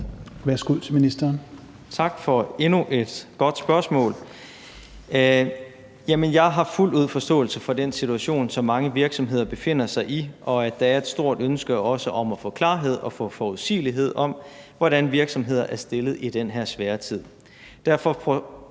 (Simon Kollerup): Tak for endnu et godt spørgsmål. Jeg har fuldt ud forståelse for den situation, som mange virksomheder befinder sig i, og for, at der også er et stort ønske om at få klarhed og forudsigelighed, i forhold til hvordan virksomheder er stillet i den her svære tid.